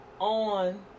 on